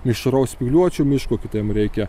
mišraus spygliuočio miško o kitiam reikia